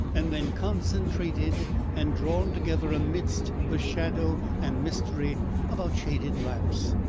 and then concentrated and drawn together amidst the shadow and mystery about shaded lamps.